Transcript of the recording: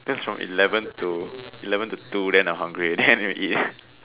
starts from eleven to eleven to two then I hungry already then I eat